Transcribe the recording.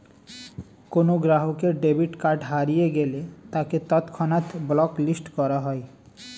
কোনো গ্রাহকের debit card হারিয়ে গেলে তাকে তৎক্ষণাৎ ব্লক লিস্ট করা হয়